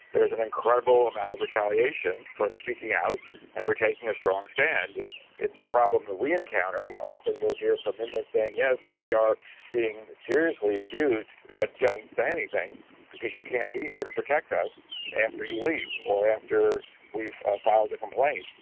there's an incredible amount of retaliation for speaking out and for taking a strong stand and it's a problem that we encounter, often we'll hear from inmates saying yes we are being seriously abused but don't say anything because you can't be here to and protect us after you leave or after we've filed a complaint.